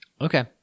Okay